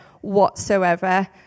whatsoever